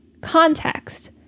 context